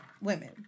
women